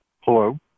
Hello